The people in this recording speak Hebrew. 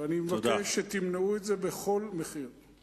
ואני מבקש שתמנעו את זה בכל מחיר.